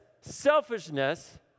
selfishness